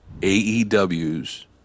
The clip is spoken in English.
AEW's